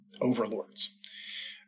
overlords